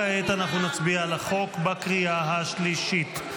כעת נצביע על החוק בקריאה השלישית.